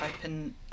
open